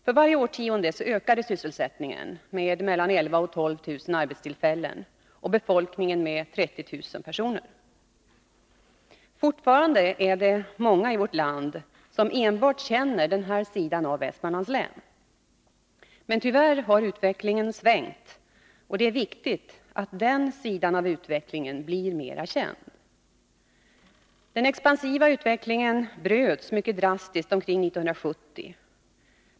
För varje årtionde ökade sysselsättningen med mellan 11 000 och 12 000 arbetstillfällen och befolkningen med 30 000 personer. Fortfarande är det många i vårt land som enbart känner denna sida av Västmanlands län. Men tyvärr har utvecklingen svängt, och det är viktigt att denna sida av utvecklingen blir mera känd. Den expansiva utvecklingen bröts mycket drastiskt omkring 1970.